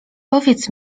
powiedz